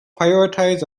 prioritize